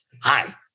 Hi